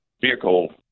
vehicle